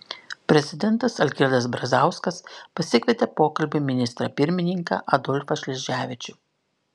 prezidentas algirdas brazauskas pasikvietė pokalbiui ministrą pirmininką adolfą šleževičių